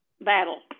battle